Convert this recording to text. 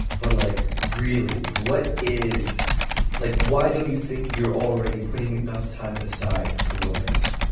but like, really, what is like, why don't you think you're already putting enough time aside for romance?